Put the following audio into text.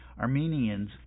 Armenians